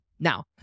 Now